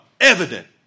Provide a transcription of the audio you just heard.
evident